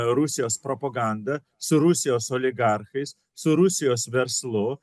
rusijos propoganda su rusijos oligarchais su rusijos verslu